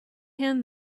hand